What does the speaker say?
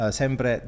sempre